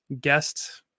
guest